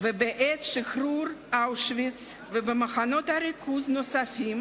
ובעת שחרור אושוויץ ומחנות ריכוז נוספים